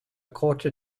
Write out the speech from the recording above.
quarter